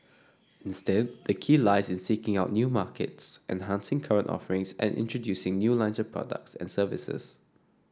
instead the key lies in seeking out new markets enhancing current offerings and introducing new lines of products and services